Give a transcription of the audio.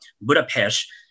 Budapest